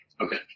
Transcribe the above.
okay